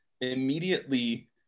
immediately